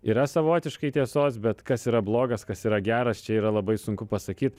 yra savotiškai tiesos bet kas yra blogas kas yra geras čia yra labai sunku pasakyt